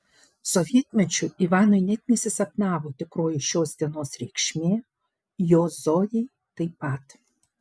sovietmečiu ivanui net nesisapnavo tikroji šios dienos reikšmė jo zojai taip pat